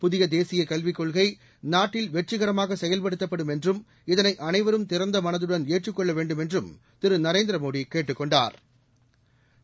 புதிய தேசிய கல்விக் கொள்கை நாட்டில் வெற்றிகரமாக செயல்படுத்தப்படும் என்றும் இதனை அனைவரும் திறந்த மனதுடன் ஏற்றுக் கொள்ள வேண்டுமென்றும் திரு நரேந்திரமோடி கேட்டுக் கொண்டாா்